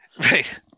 Right